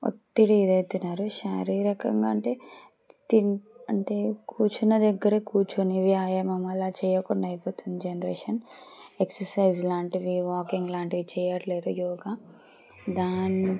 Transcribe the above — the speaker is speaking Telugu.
ఒత్తిడి ఇదైతున్నారు శారీరకంగా అంటే తిం అంటే కూర్చున్న దగ్గరే కూర్చొని వ్యాయామం అలా చేయకుండా అయిపోతుంది జనరేషన్ ఎక్సర్సైజ్ లాంటివి వాకింగ్ లాంటివి చేయట్లేరు యోగా దాన్